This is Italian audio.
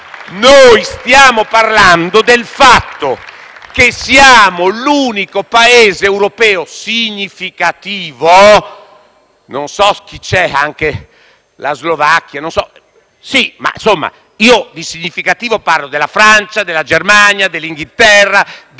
Stiamo parlando del fatto che siamo l'unico Paese europeo significativo